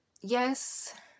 Yes